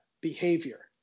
behavior